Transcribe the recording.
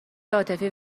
عاطفی